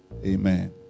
Amen